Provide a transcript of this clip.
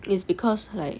is because like